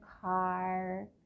car